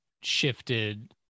shifted